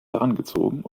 herangezogen